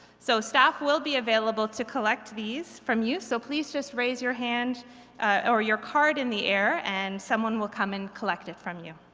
so staff will be available to collect these from you so please just raise your hand or your card in the air and someone will come and collect it from you.